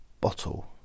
bottle